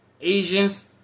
Asians